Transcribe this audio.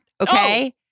okay